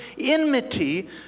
enmity